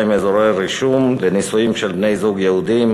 (אזורי רישום לנישואין של בני-זוג יהודים),